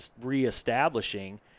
reestablishing